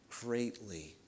greatly